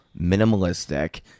minimalistic